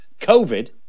COVID